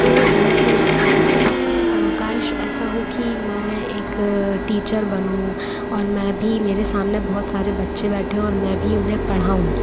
तो मैं सोचती थी कि मैं काश ऐसा हो कि मैं एक टीचर बनूँ और मैं भी मेरे सामने बहुत सारे बच्चे बैठे हों और मैं भी उन्हें पढ़ाऊँ